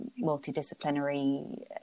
multidisciplinary